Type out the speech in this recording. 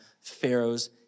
Pharaoh's